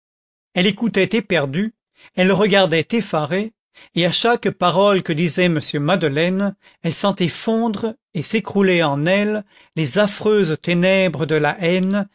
elle écoutait éperdue elle regardait effarée et à chaque parole que disait m madeleine elle sentait fondre et s'écrouler en elle les affreuses ténèbres de la haine